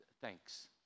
thanks